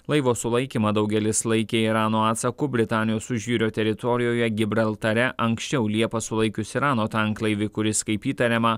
laivo sulaikymą daugelis laikė irano atsaku britanijos užjūrio teritorijoje gibraltare anksčiau liepą sulaikius irano tanklaivį kuris kaip įtariama